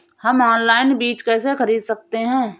हम ऑनलाइन बीज कैसे खरीद सकते हैं?